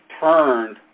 turned